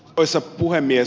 arvoisa puhemies